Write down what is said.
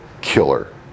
killer